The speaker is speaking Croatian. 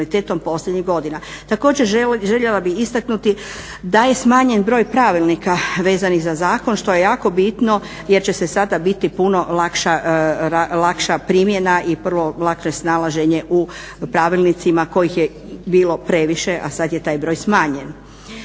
Također željela bih istaknuti da je smanjen broj pravilnika vezanih za zakon što je jako bitno jer će se sada biti puno lakša primjena i puno lakše snalaženje u pravilnicima kojih je bilo previše a sad je taj broj smanjen.